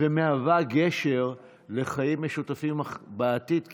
ומהווה גשר לחיים משותפים בעתיד.